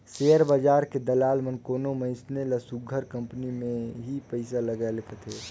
share बजार के दलाल मन कोनो मइनसे ल सुग्घर कंपनी में ही पइसा लगाए ले कहथें